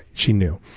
she knew.